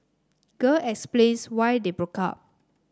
girl explains why they broke up